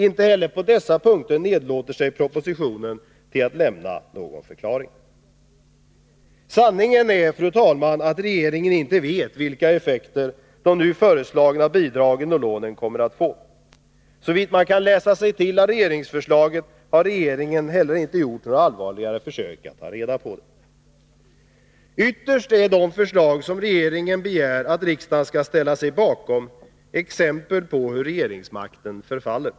Inte heller på dessa punkter nedlåter sig propositionen till att lämna någon förklaring. Sanningen är, fru talman, att regeringen inte vet vilka effekter de nu föreslagna bidragen och lånen kommer att få. Såvitt man kan läsa sig till av regeringsförslagen har regeringen inte ens gjort några allvarligare försök att ta reda på det. Ytterst är de förslag som regeringen nu begär att riksdagen skall ställa sig bakom exempel på hur regeringsmakten förfaller.